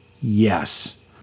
Yes